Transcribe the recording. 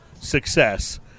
success